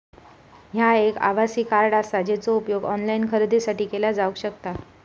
ह्या एक आभासी कार्ड आसा, जेचो उपयोग ऑनलाईन खरेदीसाठी केलो जावक शकता